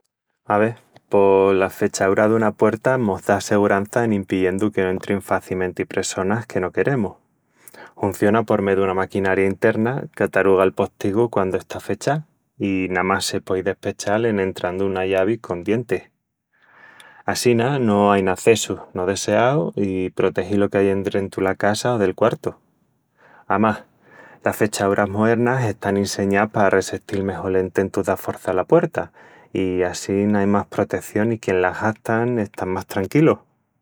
Ave, pos la fechaúra duna puerta mos da segurança en impiyendu que no entrin facimenti pressonas que no queremus. Hunciona por mé duna maquinaria interna qu'ataruga el postigu quandu está fechá i namás se puei despechal en entrandu una llavi con dientis. Assina, no ain acessus no deseaus i protegi lo que ai endrentu la casa o del quartu. Amás, las fechaúras moernas están inseñás pa resestil mejol ententus d'aforçal la puerta, i assín ai más proteción i quien las gastan están más tranquilus.